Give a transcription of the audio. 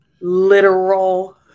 literal